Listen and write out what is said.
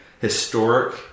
historic